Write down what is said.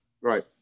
Right